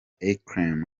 elcrema